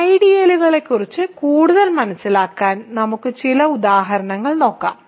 ഐഡിയലുകളെക്കുറിച്ച് കൂടുതൽ മനസിലാക്കാൻ നമുക്ക് ചില ഉദാഹരണങ്ങൾ നോക്കാം